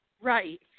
Right